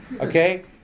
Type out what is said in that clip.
Okay